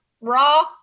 raw